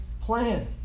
plan